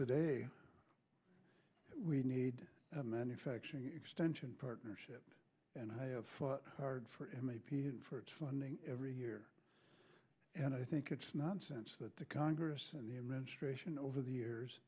today we need a manufacturing extension partnership and i have fought hard for him a p and for its funding every year and i think it's nonsense that the congress and the administration over the years